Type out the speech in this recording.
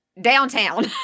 downtown